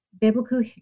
biblical